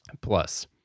plus